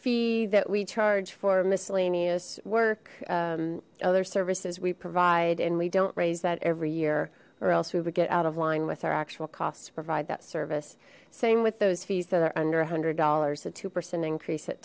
fee that we charge for miscellaneous work other services we provide and we don't raise that every year or else we would get out of line with our actual costs to provide that service same with those fees that are under one hundred dollars the two percent increase at